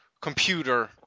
computer